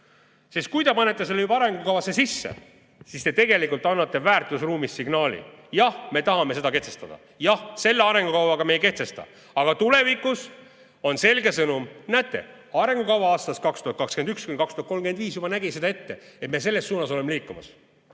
Sest kui te panete selle juba arengukavasse sisse, siis te tegelikult annate väärtusruumis signaali: jah, me tahame seda kehtestada, jah, selle arengukavaga me ei kehtesta, aga tulevikus on selge sõnum: näete, arengukava aastast 2021–2035 juba nägi seda ette, et me selles suunas oleme liikumas.